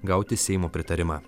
gauti seimo pritarimą